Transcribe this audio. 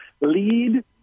lead